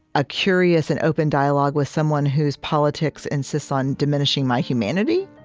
a curious and open dialogue with someone whose politics insists on diminishing my humanity.